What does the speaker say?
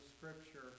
Scripture